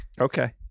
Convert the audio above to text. Okay